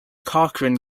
cochrane